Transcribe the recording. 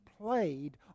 played